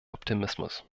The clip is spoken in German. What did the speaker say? optimismus